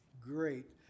great